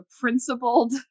principled